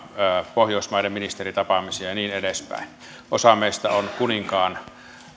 pohjoismaiden ministeritapaamisia ja niin edespäin osa meistä on kuninkaan